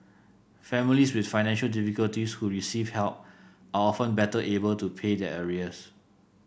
families with financial difficulties who receive help are often better able to pay their arrears